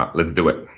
ah let's do it.